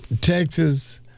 Texas